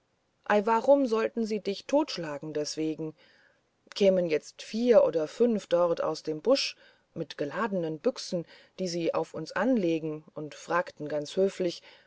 warum sollten sie dich totschlagen deswegen kämen jetzt vier oder fünf dort aus dem busch mit geladenen büchsen die sie auf uns anlegen und fragten ganz höflich